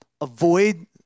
avoid